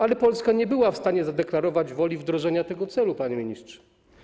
Ale Polska nie była w stanie zadeklarować woli wdrożenia tego celu, panie ministrze.